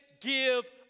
give